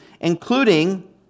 including